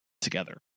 together